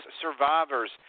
survivors